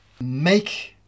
make